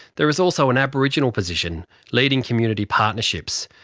there is also an aboriginal position leading community partnerships,